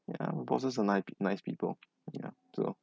ya my bosses are ni~ nice people ya so